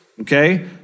Okay